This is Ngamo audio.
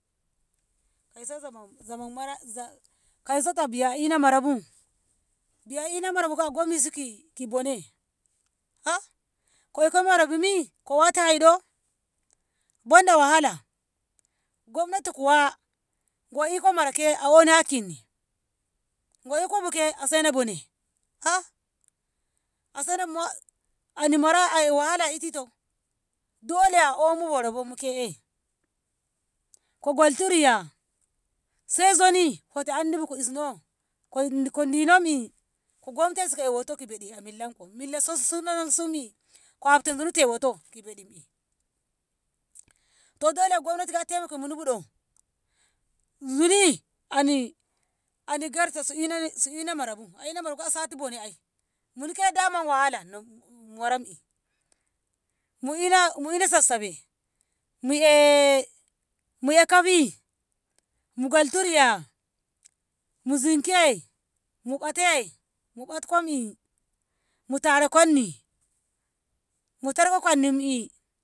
Kauso zamam- zamam mara za- kauso ta biya a ina marabu, biya a ina marabu a gomisu ki bone ko iko marabumi ko wati hai do? banda wahala. gobnati kuwa go iko marake a oni hakkinni, go iko ke a sena bone a sainamma ani mara a'e wahala a i'tito dole a omu bo rabomu ke'e. kogulto riya sai zoni hoti andibu ko isno ko- ko dinom'i ko gomta yasi ko'e woto ki ɓeɗi a millanko, millasoso- sunamsumi ko hfta zuni te woto ki ɓsɗime to dole saina gobnati na taimaka munibu do? zuni ani- ani gartasu ina su ina marabu, a ina mara ai sati bone ai, muni ke daman wahala nom- waram'i mu- mu ina sassaɓe, mu'e kafi, mu galtu riya, mu zinke, mu ɓate, mu batkomi, mu tara konni mu tarko kannim'i.